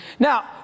Now